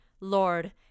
Lord